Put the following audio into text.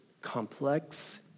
complex